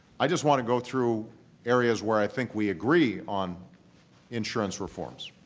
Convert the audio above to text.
i just want to go through areas where i think we agree on insurance reforms,